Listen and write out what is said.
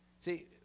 See